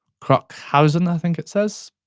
crockhausen i think it says,